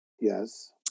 Yes